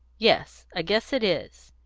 yes, i guess it is.